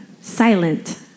silent